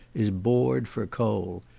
is bored for coal.